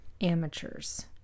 amateurs